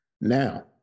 Now